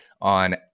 on